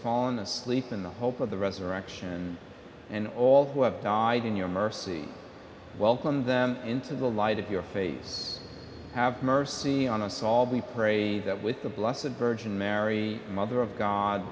fallen asleep in the hope of the resurrection and all who have died in your mercy welcome them into the light of your face have mercy on us all be pray that with the blessed the virgin mary mother of god